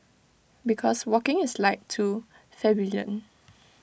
because walking is like too plebeian